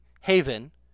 Haven